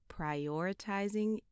prioritizing